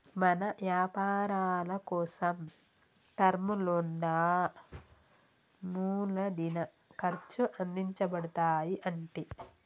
మన యపారాలకోసం టర్మ్ లోన్లా మూలదిన ఖర్చు అందించబడతాయి అంటి